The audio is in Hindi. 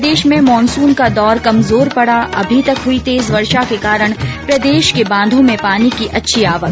प्रदेश में मानसून का दौर कमजोर पडा अभी तक हुई तेज वर्षा के कारण प्रदेश के बांधों में पानी की अच्छी आवक